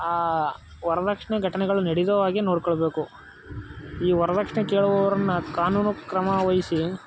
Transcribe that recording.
ಆ ವರ್ದಕ್ಷಿಣೆ ಘಟನೆಗಳು ನಡಿಯದಾಗೆ ನೋಡಿಕೊಳ್ಬೇಕು ಈ ವರ್ದಕ್ಷಿಣೆ ಕೇಳುವವರನ್ನು ಕಾನೂನು ಕ್ರಮ ವಹಿಸಿ